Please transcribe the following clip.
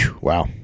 Wow